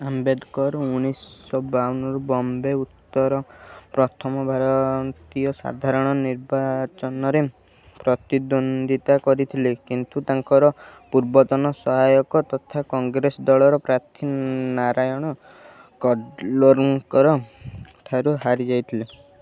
ଆମ୍ବେଦକର ଉଣେଇଶହ ବାଉନରୁ ବମ୍ବେ ଉତ୍ତର ପ୍ରଥମ ଭାରତୀୟ ସାଧାରଣ ନିର୍ବାଚନରେ ପ୍ରତିଦ୍ୱନ୍ଦ୍ୱିତା କରିଥିଲେ କିନ୍ତୁ ତାଙ୍କର ପୂର୍ବତନ ସହାୟକ ତଥା କଂଗ୍ରେସ ଦଳର ପ୍ରାର୍ଥୀ ନାରାୟଣ କଜରୋଲକରଙ୍କ ଠାରୁ ହାରିଯାଇଥିଲେ